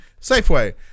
safeway